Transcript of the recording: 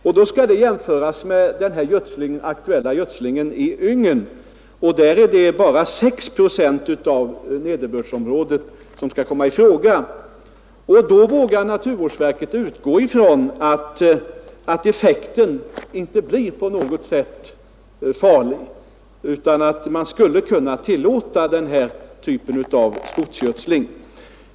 Detta skall jämföras med den aktuella gödslingen i Yngen — där är det bara 6 procent av nederbördsområdet som skall komma i fråga. Då vågar naturvårdsverket utgå från att effekten inte blir på något sätt farlig utan att man skulle kunna tillåta den här typen av skogsgödsling.